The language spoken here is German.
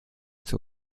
zur